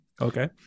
Okay